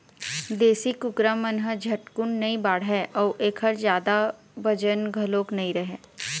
देशी कुकरा मन ह झटकुन नइ बाढ़य अउ एखर जादा बजन घलोक नइ रहय